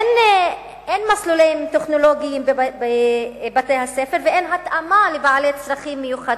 אין מסלולים טכנולוגיים בבתי-הספר ואין התאמה לבעלי צרכים מיוחדים.